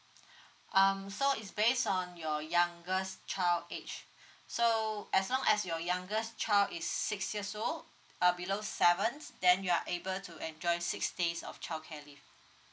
um so is based on your youngest child age so as long as your youngest child is six years old uh below sevens then you are able to enjoy six days of childcare leave